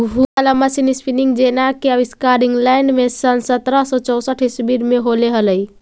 घूरे वाला machine spinning jenny के आविष्कार इंग्लैंड में सन् सत्रह सौ चौसठ ईसवी में होले हलई